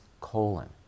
colon